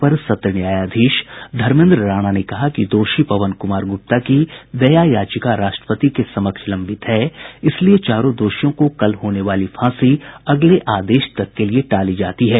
अपर सत्र न्यायाधीश धर्मेन्द्र राणा ने कहा कि दोषी पवन कुमार गुप्ता की दया याचिका राष्ट्रपति के समक्ष लंबित है इसलिए चारों दोषियों को कल होने वाली फांसी अगले आदेश तक के लिए टाली जाती है